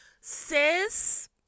sis